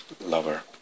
lover